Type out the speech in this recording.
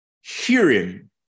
hearing